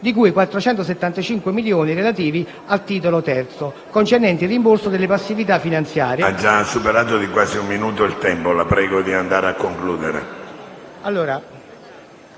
di cui 475 milioni relativi al titolo III, concernenti il rimborso delle passività finanziarie.